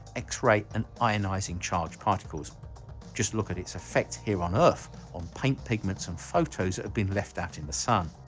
x-ray and ionizing charged particles just look at its effect here on earth on paint pigments and photos that have been left out in the sun.